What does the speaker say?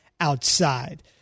outside